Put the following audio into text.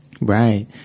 Right